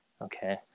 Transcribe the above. Okay